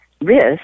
risk